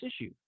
issue